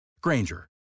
Granger